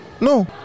No